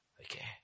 Okay